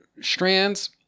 strands